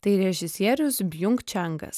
tai režisierius bjunk čengas